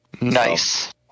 Nice